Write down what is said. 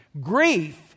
Grief